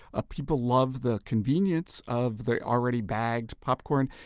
ah people love the convenience of the already-bagged popcorn.